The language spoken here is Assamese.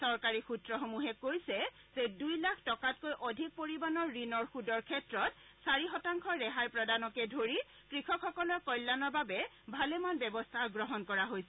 চৰকাৰী সূত্ৰসমূহে কৈছে যে দুই লাখ টকাতকৈ অধিক পৰিমাণৰ ঋণৰ সুদৰ ক্ষেত্ৰত চাৰি শতাংশ ৰেহাই প্ৰদানকে ধৰি কৃষকসকলৰ কল্যানৰ বাবে ভালেমান ব্যৱস্থা গ্ৰহণ কৰা হৈছে